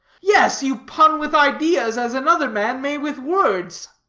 yes, you pun with ideas as another man may with words.